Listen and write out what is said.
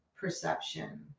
perception